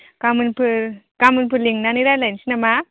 गामोनफोर गामोनफोर लेंनानै रायलाइसै नामा